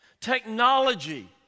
Technology